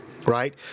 right